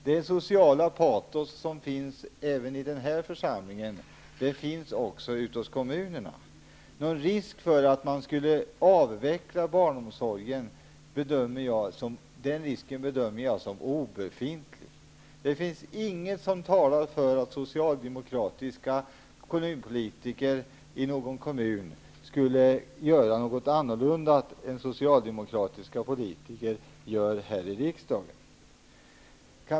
Det sociala patos som finns i den här församlingen finns också ute i kommunerna. Risken att man skulle avveckla barnomsorgen bedömer jag som obefintlig. Det finns inget som talar för att socialdemokratiska kommunpolitiker i någon kommun skulle göra på ett annat sätt än socialdemokratiska politiker i riksdagen.